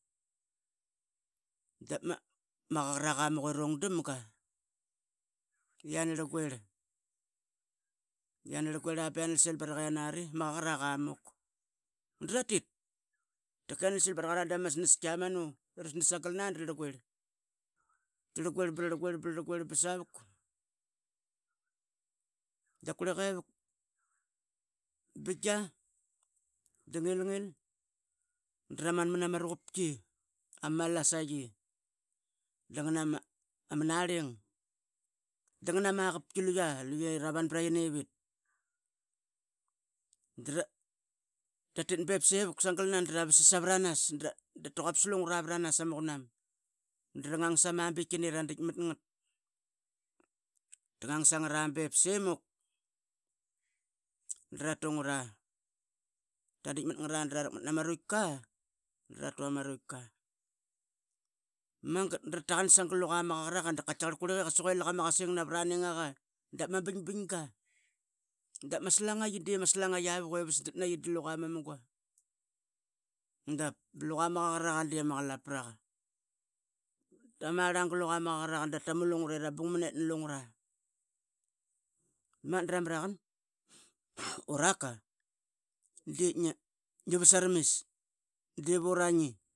Dap ma qaqaraqa muk i rung damga. Yian rlugirl a bia nansil barak yian a riama qaqaraqamuk, yian sil baraqa yian ari dra rluguir a manu i yiama snas qia manu. da rlarlguir bsa vuk da qurlique vuk bep bingia de ngilgil draman mna ma ruqup qi. ama malasaqi. de ngama narling. dngna ma qapai luia. luie ravan bra qi nevit dratit bep sevuk sa gal na dra vasas savranas data quap slungra vranas ama qunam. Drangang sama bilkine ra ditk matgat tngang sangra bep semuk dra tungra taditka matgra dra rakmat nutka. Dra tu ama rutka magmat dra taqan sangal luqa maqaqaraq dakaitkar lak ama qasing navra ningaka qasuque ama bing bing nga. dap ma slanga qi de luia vuk ivas dat na gi pat luqa ma munga. Dap luqa maqaqaraqa diama qlap praga. Ta marl gluqa maqaqaraqa da tamu lungre ra bung manet. mgget dra mraqan uraka dep ngia vas saramis devu rengi.